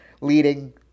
leading